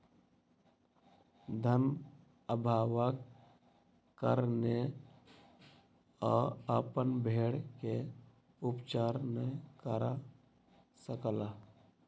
धन अभावक कारणेँ ओ अपन भेड़ के उपचार नै करा सकला